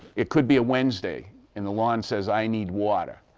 it could be a wednesday and the lawn says, i need water.